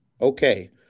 Okay